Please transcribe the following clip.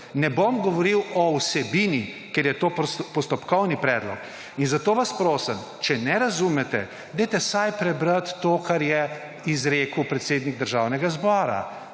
Ne bom govoril o vsebini, ker je to postopkovni predlog. In zato vas prosim, če ne razumete, dajte vsaj prebrati to, kar je izrekel predsednik Državnega zbora.